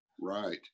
right